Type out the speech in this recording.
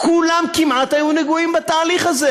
כולם כמעט היו נגועים בתהליך הזה